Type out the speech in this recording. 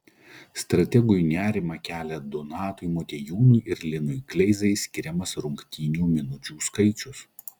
strategui nerimą kelia donatui motiejūnui ir linui kleizai skiriamas rungtynių minučių skaičius